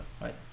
right